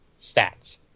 stats